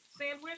sandwich